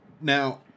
Now